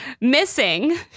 missing